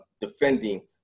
defending